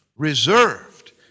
reserved